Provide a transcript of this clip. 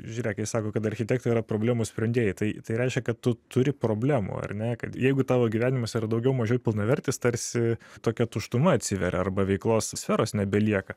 žiūrėk kai sako kad architektai yra problemų sprendėjai tai tai reiškia kad tu turi problemų ar ne kad jeigu tavo gyvenimas yra daugiau mažiau pilnavertis tarsi tokia tuštuma atsiveria arba veiklos sferos nebelieka